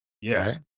Yes